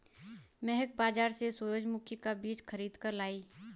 महक बाजार से सूरजमुखी का बीज खरीद कर लाई